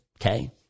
okay